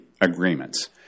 agreements